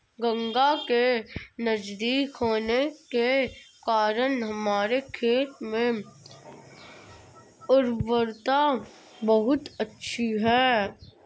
गंगा के नजदीक होने के कारण हमारे खेत में उर्वरता बहुत अच्छी है